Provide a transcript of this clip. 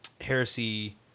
heresy